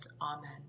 Amen